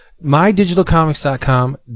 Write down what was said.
MyDigitalComics.com